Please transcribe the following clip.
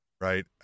Right